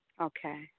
Okay